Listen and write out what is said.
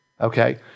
Okay